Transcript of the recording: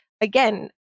again